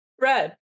Red